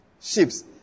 ships